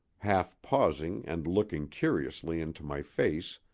half pausing and looking curiously into my face,